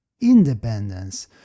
independence